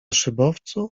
szybowcu